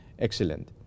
Excellent